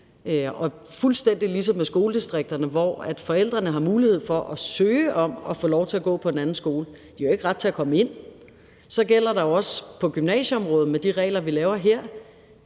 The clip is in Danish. Og fuldstændig ligesom med skoledistrikterne, hvor forældrene har mulighed for at søge om at få lov til, at deres barn kan gå på en anden skole – de har jo ikke ret til at komme ind – så gælder der jo også på gymnasieområdet med de regler, vi laver her,